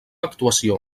actuació